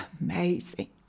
amazing